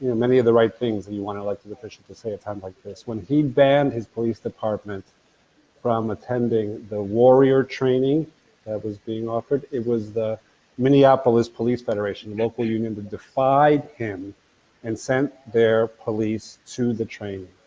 yeah many of the right things that you want an elected official to say at times like this, when he banned his police department from attending the warrior training that was being offered, it was the minneapolis police federation, local union that defied him and sent their police to the training.